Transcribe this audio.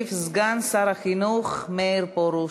ישיב סגן שר החינוך מאיר פרוש.